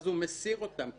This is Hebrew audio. הוא מסיר אותן,